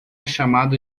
chamada